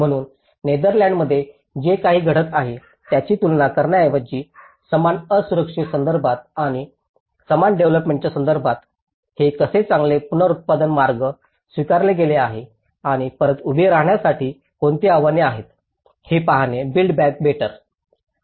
म्हणून नेदरलँडमध्ये जे काही घडत आहे त्याशी तुलना करण्याऐवजी समान असुरक्षित संदर्भात आणि समान डेव्हलोपमेंट च्या संदर्भात हे कसे चांगले पुनरुत्पादक मार्ग स्वीकारले गेले आहेत आणि परत उभे राहण्यासाठी कोणती आव्हाने आहेत हे पाहणे बिल्ड बॅक बेटर